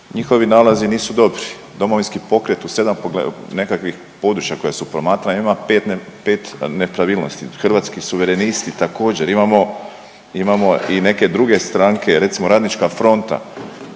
njihovi nalazi nisu dobri. Domovinski pokret u 7 nekakvih područja koja su promatrana ima 5 nepravilnosti, Hrvatski suverenisti također, imamo, imamo i neke druge stranke, recimo Radnička fronta